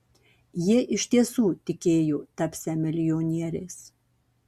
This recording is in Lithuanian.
jie iš tiesų tikėjo tapsią milijonieriais